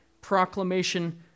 proclamation